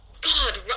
God